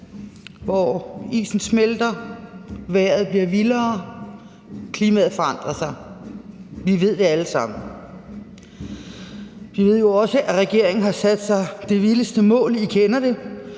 hvor isen smelter og vejret bliver vildere og klimaet forandrer sig. Vi ved det alle sammen. Vi ved jo også, at regeringen har sat sig det vildeste mål, og I kender det: